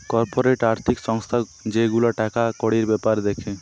corporate আর্থিক সংস্থা যে গুলা টাকা কড়ির বেপার দ্যাখে